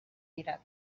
iraq